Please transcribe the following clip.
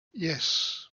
yes